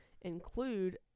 include